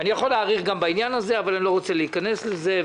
אני יכול להאריך גם בעניין הזה אבל אני לא רוצה להיכנס לזה.